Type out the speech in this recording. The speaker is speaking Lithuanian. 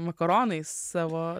makaronais savo